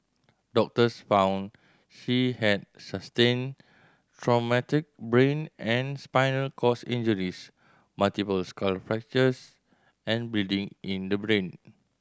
doctors found she had sustained traumatic brain and spinal cord injuries multiple skull fractures and bleeding in the brain